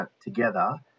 together